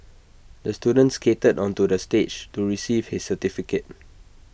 the student skated onto the stage to receive his certificate